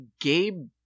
Gabe